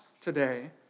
today